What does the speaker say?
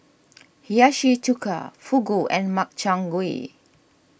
Hiyashi Chuka Fugu and Makchang Gui